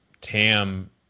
Tam